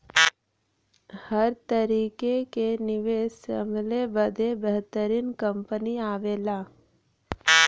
हर तरीके क निवेस संभले बदे बेहतरीन कंपनी आवला